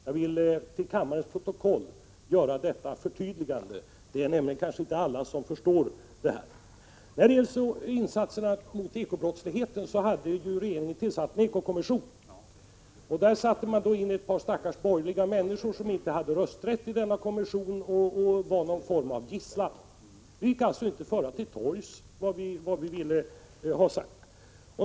Jag vill till kammarens protokoll göra detta förtydligande. Det är nämligen inte alla som förstår detta. När det gäller insatserna mot ekobrottsligheten hade regeringen tillsatt en ekokommission. I den satte man in några stackars borgerliga människor som inte hade rösträtt i kommissionen utan skulle vara någon form av gisslan. Det gick alltså inte att föra till torgs vad vi ville ha sagt.